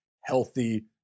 healthy